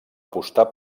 apostar